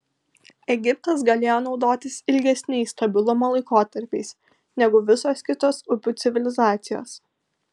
egiptas galėjo naudotis ilgesniais stabilumo laikotarpiais negu visos kitos upių civilizacijos